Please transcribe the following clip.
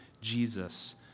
Jesus